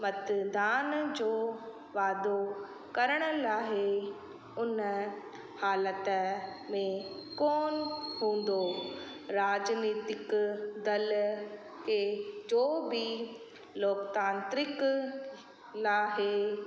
मतदान जो वादो करण लाइ उन हालति में कोन हूंदो राजिनितिक दल के जो बि लोकतांत्रिक लाइ